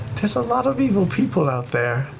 there's a lot of evil people out there,